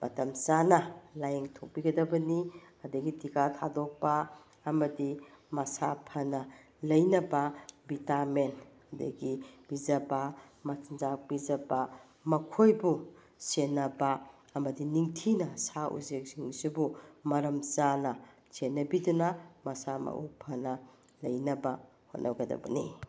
ꯃꯇꯝ ꯆꯥꯅ ꯂꯥꯏꯌꯦꯡ ꯊꯣꯛꯄꯤꯒꯗꯕꯅꯤ ꯑꯗꯒꯤ ꯇꯤꯀꯥ ꯊꯥꯗꯣꯛꯄ ꯑꯃꯗꯤ ꯃꯁꯥ ꯐꯅ ꯂꯩꯅꯕ ꯚꯤꯇꯥꯃꯤꯟ ꯑꯗꯒꯤ ꯄꯤꯖꯕ ꯃꯆꯤꯟꯖꯥꯛ ꯄꯤꯖꯕ ꯃꯈꯣꯏꯕꯨ ꯁꯦꯟꯅꯕ ꯑꯃꯗꯤ ꯅꯤꯡꯊꯤꯅ ꯁꯥ ꯎꯆꯦꯛꯁꯤꯡꯁꯤꯕꯨ ꯃꯔꯝ ꯆꯥꯅ ꯁꯦꯟꯅꯕꯤꯗꯨꯅ ꯃꯁꯥ ꯃꯎ ꯐꯅ ꯂꯩꯅꯕ ꯍꯣꯠꯅꯒꯗꯕꯅꯤ